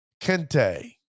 Kente